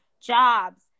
jobs